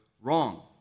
wrong